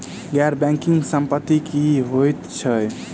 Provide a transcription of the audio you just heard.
गैर बैंकिंग संपति की होइत छैक?